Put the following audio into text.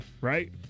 right